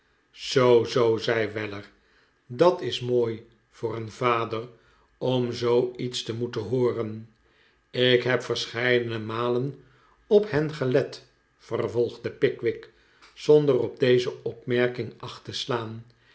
zoo zoo zei weller dat is mooi voor een vader om zooiets te moeten hooren ik heb verscheidene malen op hen gelet vervolgde pickwick zonder op deze opmerking acht te slaan